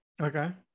Okay